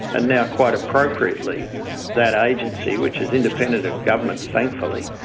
and now quite appropriately that agency, which is independent of government thankfully,